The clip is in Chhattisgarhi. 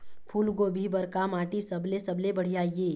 फूलगोभी बर का माटी सबले सबले बढ़िया ये?